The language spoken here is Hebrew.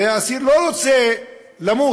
הרי האסיר לא רוצה למות,